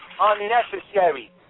Unnecessary